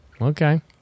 okay